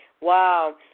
Wow